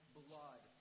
blood